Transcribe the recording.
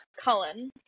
Cullen